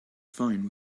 fine